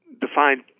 defined